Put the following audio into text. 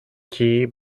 key